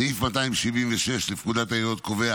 סעיף 276 לפקודת העיריות קובע